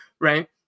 right